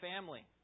family